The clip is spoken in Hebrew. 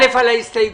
ראשית, על ההסתייגות.